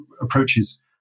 approaches